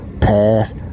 pass